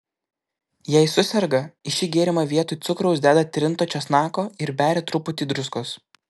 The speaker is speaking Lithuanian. jei suserga į šį gėrimą vietoj cukraus deda trinto česnako ir beria truputį druskos